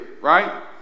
right